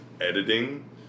editing